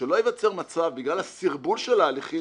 שלא ייווצר מצב בגלל הסרבול של ההליכים